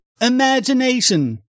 Imagination